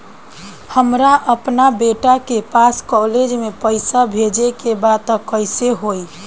हमरा अपना बेटा के पास कॉलेज में पइसा बेजे के बा त कइसे होई?